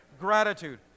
Gratitude